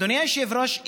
אדוני היושב-ראש,